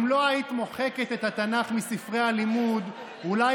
אם לא היית מוחקת את התנ"ך מספרי הלימוד אולי